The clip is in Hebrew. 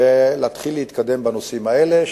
ולהתחיל להתקדם בנושאים האלה,